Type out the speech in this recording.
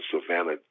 Savannah